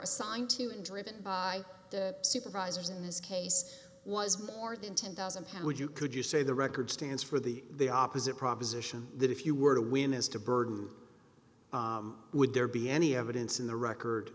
assigned to and driven by the supervisors in this case was more than ten thousand pounds you could you say the record stands for the the opposite proposition that if you were to win as to bird would there be any evidence in the record